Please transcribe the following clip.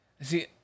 See